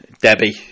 debbie